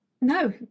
No